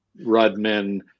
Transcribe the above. Rudman